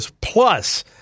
plus